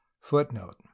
footnote